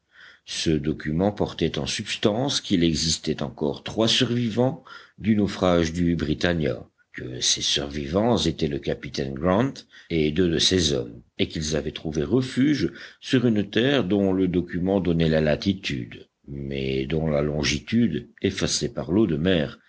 ce document portait en substance qu'il existait encore trois survivants du naufrage du britannia que ces survivants étaient le capitaine grant et deux de ses hommes et qu'ils avaient trouvé refuge sur une terre dont le document donnait la latitude mais dont la longitude effacée par l'eau de mer